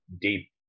deep